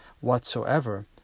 Whatsoever